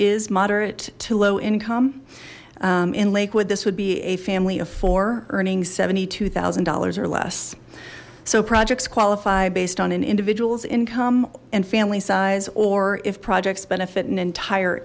is moderate to low income in lakewood this would be a family of four earning seventy two thousand dollars or less so projects qualify based on an individual's income and family size or if projects benefit an entire